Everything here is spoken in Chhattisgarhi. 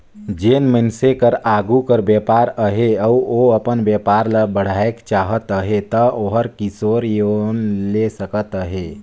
जेन मइनसे कर आघु कर बयपार अहे अउ ओ अपन बयपार ल बढ़ाएक चाहत अहे ता ओहर किसोर लोन ले सकत अहे